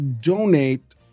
donate